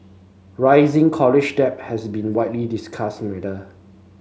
rising college debt has been widely discussed matter